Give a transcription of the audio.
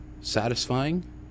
satisfying